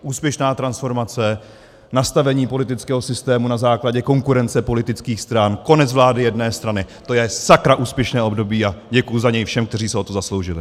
Úspěšná transformace, nastavení politického systému na základě konkurence politických stran, konec vlády jedné strany, to je sakra úspěšné období a děkuji za něj všem, kteří se o to zasloužili.